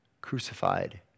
crucified